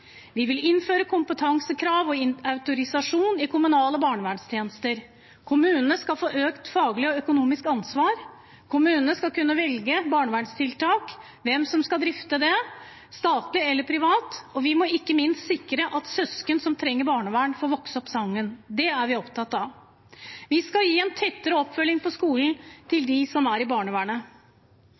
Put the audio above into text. Vi vil innføre kompetansekrav og autorisasjon i kommunale barnevernstjenester. Kommunene skal få økt faglig og økonomisk ansvar. Kommunene skal kunne velge barnevernstiltak og hvem som skal drifte det – statlig eller privat – og vi må ikke minst sikre at søsken som trenger barnevern, får vokse opp sammen. Det er vi opptatt av. Vi skal gi en tettere oppfølging i skolen til dem som er i barnevernet.